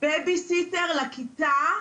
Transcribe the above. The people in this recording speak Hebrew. בייביסיטר לכיתה,